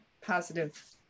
positive